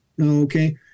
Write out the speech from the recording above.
Okay